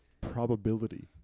probability